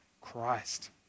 Christ